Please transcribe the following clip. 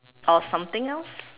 or something else